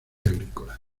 agrícola